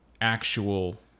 actual